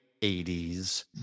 80s